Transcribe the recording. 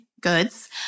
goods